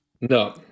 No